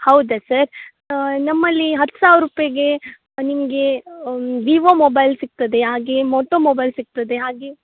ಹೌದ ಸರ್ ನಮ್ಮಲ್ಲಿ ಹತ್ತು ಸಾವಿರ ರುಪಾಯ್ಗೇ ನಿಮಗೆ ವಿವೊ ಮೊಬೈಲ್ ಸಿಗ್ತದೆ ಹಾಗೇ ಮೋಟೋ ಮೊಬೈಲ್ ಸಿಗ್ತದೆ ಹಾಗೇ